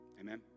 Amen